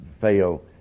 fail